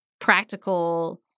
practical